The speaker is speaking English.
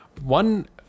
one